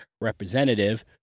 representative